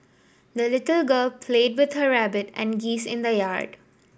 the little girl played with her rabbit and geese in the yard